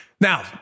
Now